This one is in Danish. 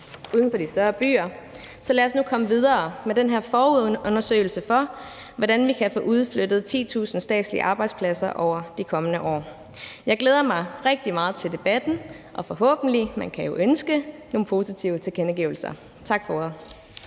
uden for de større byer, så lad os nu komme videre med den her forundersøgelse af, hvordan vi kan få udflyttet 10.000 statslige arbejdspladser over de kommende år. Jeg glæder mig rigtig meget til debatten og forhåbentlig – man kan jo ønske – nogle positive tilkendegivelser. Tak for